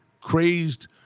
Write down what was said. crazed